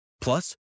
Plus